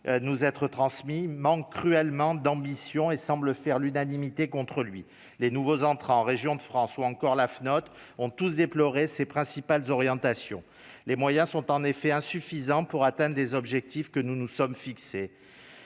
nous être transmis manque cruellement d'ambition et semble faire l'unanimité contre lui les nouveaux entrants régions de France ou encore la Fnaut ont tous déploré ses principales orientations, les moyens sont en effet insuffisants pour atteindre des objectifs que nous nous sommes fixés,